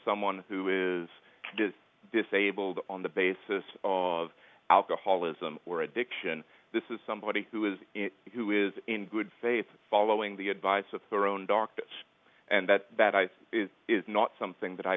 someone who is disabled on the basis of alcoholism or addiction this is somebody who is who is in good faith following the advice of their own doctors and that is is not something that i